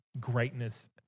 Greatness